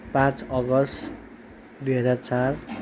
पाँच अगस्त दुई हजार चार